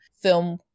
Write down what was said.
film